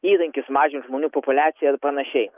įrankis mažint žmonių populiaciją ir panašiai